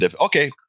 Okay